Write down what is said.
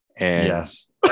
Yes